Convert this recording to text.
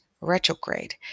retrograde